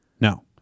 No